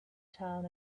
town